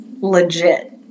legit